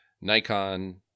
Nikon